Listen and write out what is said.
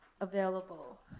available